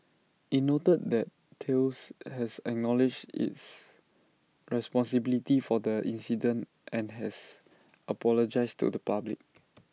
IT noted that Thales has acknowledged its responsibility for the incident and has apologised to the public